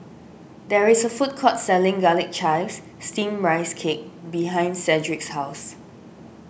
there is a food court selling Garlic Chives Steamed Rice Cake behind Cedric's house